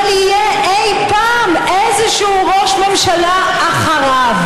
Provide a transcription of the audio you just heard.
יהיה אי-פעם איזשהו ראש ממשלה אחריו.